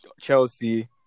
Chelsea